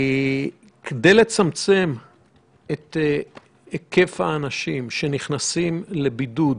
כדי לצמצם את היקף האנשים שנכנסים לבידוד